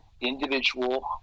individual